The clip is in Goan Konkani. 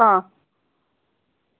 आं